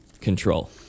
control